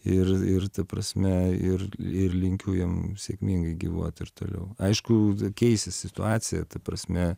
ir ir ta prasme ir ir linkiu jiem sėkmingai gyvuot ir toliau aišku keisis situacija ta prasme